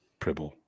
Pribble